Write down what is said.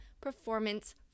performance